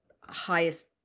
highest